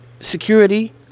Security